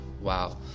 wow